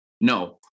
No